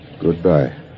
Goodbye